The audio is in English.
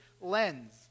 lens